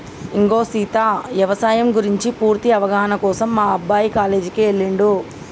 ఇగో సీత యవసాయం గురించి పూర్తి అవగాహన కోసం మా అబ్బాయి కాలేజీకి ఎల్లిండు